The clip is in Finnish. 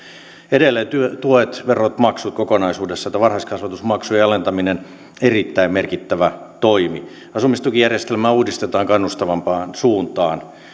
edelleen tuet verot maksut kokonaisuudessa tämä varhaiskasvatusmaksujen alentaminen on erittäin merkittävä toimi asumistukijärjestelmää uudistetaan kannustavampaan suuntaan